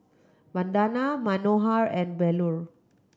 Vandana Manohar and Bellur